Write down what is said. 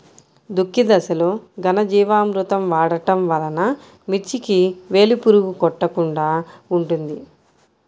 దుక్కి దశలో ఘనజీవామృతం వాడటం వలన మిర్చికి వేలు పురుగు కొట్టకుండా ఉంటుంది?